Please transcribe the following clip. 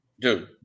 Dude